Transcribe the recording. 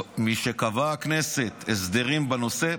משקבעה הכנסת הסדרים בנושא,